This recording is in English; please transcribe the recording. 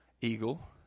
eagle